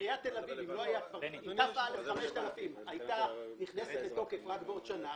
אם תא/5000 הייתה נכנסת לתוקף רק בעוד שנה,